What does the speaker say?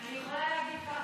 אני רק אתייחס להצעת